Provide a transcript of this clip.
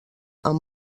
amb